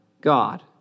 God